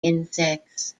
insects